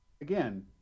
Again